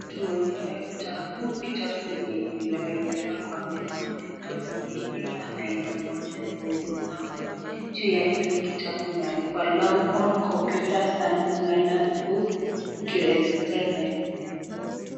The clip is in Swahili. Tunaonyeshwa kitabu, kitabu yenye imewekelewa kwa meza, ni vitabu mingi sana aina moja mbele zao, juu ya hili kitabu imeandikwa long horn compuer science leaners book, grade 7 .